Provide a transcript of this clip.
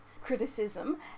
criticism